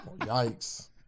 Yikes